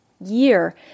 year